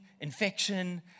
infection